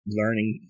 learning